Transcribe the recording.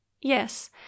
Yes